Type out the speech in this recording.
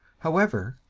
however,